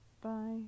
Bye